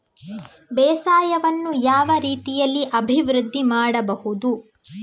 ಬೇಸಾಯವನ್ನು ಯಾವ ರೀತಿಯಲ್ಲಿ ಅಭಿವೃದ್ಧಿ ಮಾಡಬಹುದು?